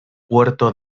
puerto